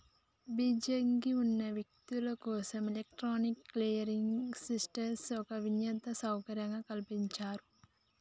బిజీగా ఉన్న వ్యక్తులు కోసం ఎలక్ట్రానిక్ క్లియరింగ్ సిస్టంను ఒక వినూత్న సౌకర్యంగా కల్పించారు